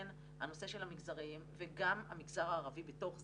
כן, הנושא של המגזרים וגם המגזר הערבי בתוך זה,